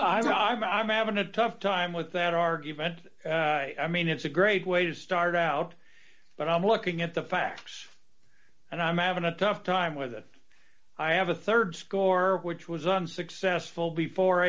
the i'm having a tough time with that argument i mean it's a great way to start out but i'm looking at the facts and i'm having a tough time with it i have a rd score which was unsuccessful before